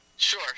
Sure